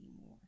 more